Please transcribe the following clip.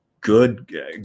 good